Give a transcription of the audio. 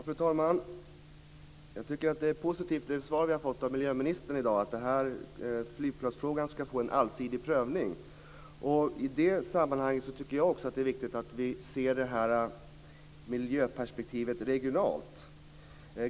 Fru talman! Jag tycker att det svar vi i dag har fått av miljöministern är positivt, när han säger att flygplatsfrågan ska få en allsidig prövning. I det sammanhanget tycker jag också att det är viktigt att vi ser miljöperspektivet regionalt.